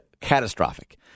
catastrophic